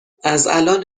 ازالان